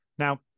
Now